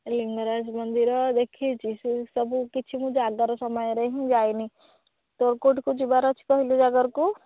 ଲିଙ୍ଗରାଜ ମନ୍ଦିର ଦେଖିଛି ସେ ସବୁକିଛି ମୁଁ ଜାଗର ସମୟରେ ହିଁ ଯାଇନି ତୋର କେଉଁଠିକି ଯିବାର ଅଛି କହିଲୁ ଜାଗର କୁ